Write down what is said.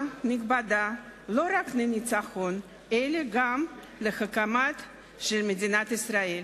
נכבדה לא רק לניצחון אלא גם להקמת מדינת ישראל.